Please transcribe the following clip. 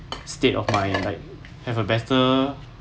state of mind like have a better